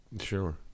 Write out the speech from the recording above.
Sure